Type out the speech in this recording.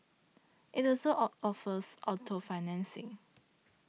it also or offers auto financing